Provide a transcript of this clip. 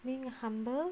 being humble